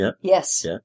Yes